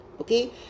okay